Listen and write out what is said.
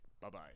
Bye-bye